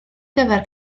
gyfer